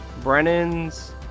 Brennan's